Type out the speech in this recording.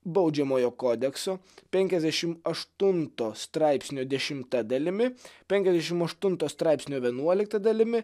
baudžiamojo kodekso penkiasdešim aštunto straipsnio dešimtą dalimi penkiasdešim aštunto straipsnio vienuolikta dalimi